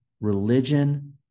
religion